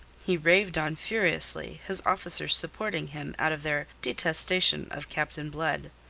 he raved on furiously, his officers supporting him out of their detestation of captain blood.